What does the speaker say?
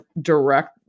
direct